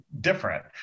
different